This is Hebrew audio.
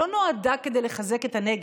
לא נועדה כדי לחזק את הנגב,